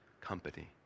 company